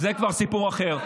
זה כבר סיפור אחר.